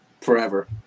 forever